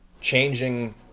changing